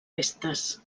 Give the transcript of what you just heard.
restes